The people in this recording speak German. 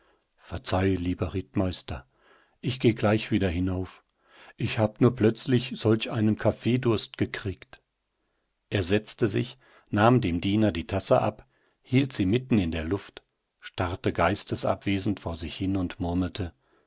verzeih lieber rittmeister ich geh gleich wieder hinauf ich hab nur plötzlich solch einen kaffeedurst gekriegt er setzte sich nahm dem diener die tasse ab hielt sie mitten in der luft starrte geistesabwesend vor sich hin und murmelte